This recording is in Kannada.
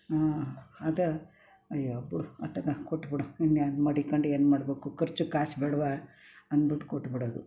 ಹಾಂ ಅದು ಅಯ್ಯೋ ಬಿಡು ಅತ್ತಾಗ ಕೊಟ್ಬಿಡು ಇನ್ನೇನು ಮಡಿಕೊಂಡು ಏನು ಮಾಡಬೇಕು ಖರ್ಚಿಗೆ ಕಾಸು ಬೇಡ್ವಾ ಅಂದ್ಬಿಟ್ಟು ಕೊಟ್ಬಿಡೋದು